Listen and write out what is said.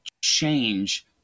change